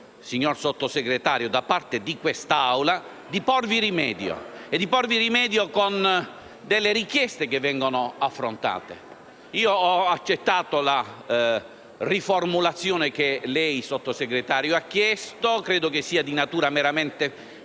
signor Sottosegretario, da parte di quest'Assemblea, di porvi rimedio e di farlo con delle richieste che vengono affrontate. Ho accettato la riformulazione che lei, Sottosegretario, ha chiesto; credo che sia di natura meramente formale